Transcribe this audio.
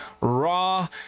raw